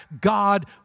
God